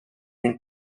une